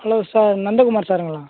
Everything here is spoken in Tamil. hello sir Nandakumar சாருங்களா